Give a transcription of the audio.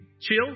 chill